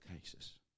cases